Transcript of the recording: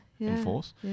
enforce